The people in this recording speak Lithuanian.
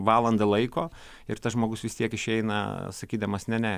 valandą laiko ir tas žmogus vis tiek išeina sakydamas ne ne